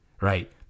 right